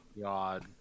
god